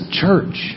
church